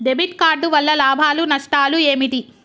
Debit card వల్ల లాభాలు నష్టాలు ఏమిటి?